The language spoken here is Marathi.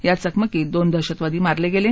या चकमकीत दोन दहशतवादी मारले गेले